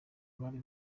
bari